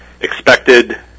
Expected